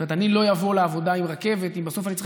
אני לא אבוא לעבודה עם רכבת אם בסוף אני צריך